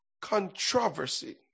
controversy